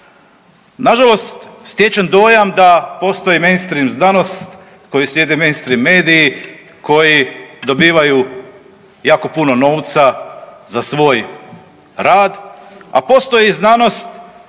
Nažalost, stječem dojam da posoji mainstream znanost koji slijede mainstream mediji koji dobivaju jako puno novca za svoj rad, a postoji znanost